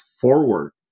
forward